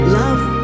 love